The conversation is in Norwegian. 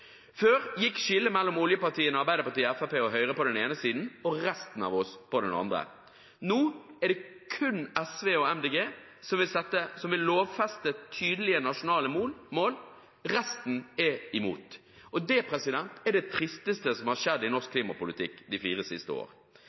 Før gikk skillet mellom oljepartiene Arbeiderpartiet, Fremskrittspartiet og Høyre på den ene siden og resten av oss på den andre. Nå er det kun SV og Miljøpartiet De Grønne som vil lovfeste tydelige nasjonale mål; resten er imot. Det er det tristeste som har skjedd i norsk klimapolitikk de fire siste år.